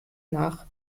nach